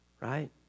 right